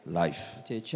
life